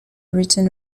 written